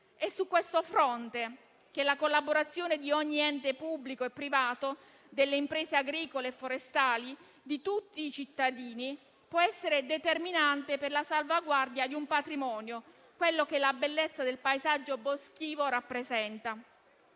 È su questo fronte che la collaborazione di ogni ente, pubblico e privato, delle imprese agricole e forestali, di tutti i cittadini può essere determinante per la salvaguardia di un patrimonio, quello che la bellezza del paesaggio boschivo rappresenta.